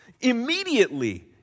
immediately